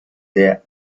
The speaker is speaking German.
der